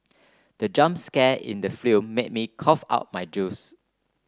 the jump scare in the film made me cough out my juice